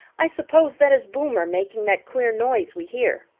i suppose that is boomer making that queer noise we hear.